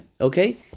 Okay